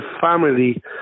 family